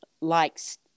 likes